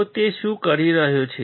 તો તે શું કરી રહ્યો છે